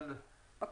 אבל, בבקשה.